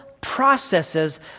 processes